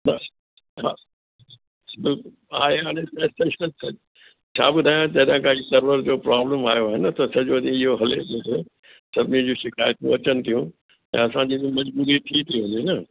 बसि हा बिल्कुलु आहे हाणे एक्स्टेशनल त छा ॿुधायां जॾहिं खां इहो सर्वर जो प्रॉब्लम आयो आहे न त सॼो ॾींहुं इहो हले पियो थो सभिनी जूं शिकायतूं अचनि थियूं त असांजी बि मजबूरी थी थी वञे न